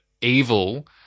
Evil